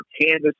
Kansas